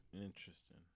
Interesting